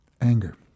anger